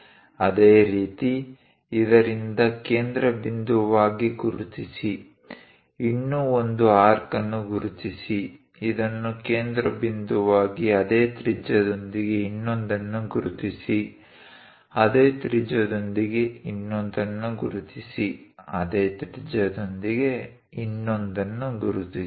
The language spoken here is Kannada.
ಅದೇ ರೀತಿ ಇದರಿಂದ ಕೇಂದ್ರಬಿಂದುವಾಗಿ ಗುರುತಿಸಿ ಇನ್ನೂ ಒಂದು ಆರ್ಕ್ ಅನ್ನು ಗುರುತಿಸಿ ಇದನ್ನು ಕೇಂದ್ರಬಿಂದುವಾಗಿ ಅದೇ ತ್ರಿಜ್ಯದೊಂದಿಗೆ ಇನ್ನೊಂದನ್ನು ಗುರುತಿಸಿ ಅದೇ ತ್ರಿಜ್ಯದೊಂದಿಗೆ ಇನ್ನೊಂದನ್ನು ಗುರುತಿಸಿ ಅದೇ ತ್ರಿಜ್ಯದೊಂದಿಗೆ ಇನ್ನೊಂದನ್ನು ಗುರುತಿಸಿ